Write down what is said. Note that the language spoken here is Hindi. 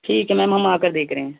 ठीक है मेम हम आकर देख रहे हैं